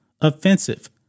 offensive